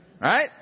Right